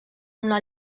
una